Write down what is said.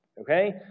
Okay